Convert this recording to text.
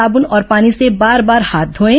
साबुन और पानी से बार बार हाथ धोएं